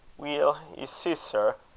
weel, ye see, sir,